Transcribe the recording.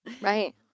Right